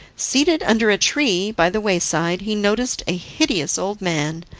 seated under a tree by the wayside he noticed a hideous old man,